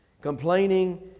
complaining